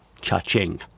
Cha-ching